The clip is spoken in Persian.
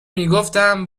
میگفتم